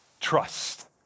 Trust